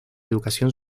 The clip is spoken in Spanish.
educación